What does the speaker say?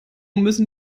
müssen